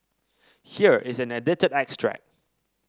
here is an edited extract